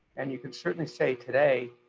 and you can certainly say today,